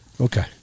Okay